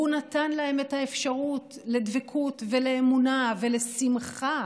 הוא נתן להם את האפשרות לדבקות ולאמונה ולשמחה,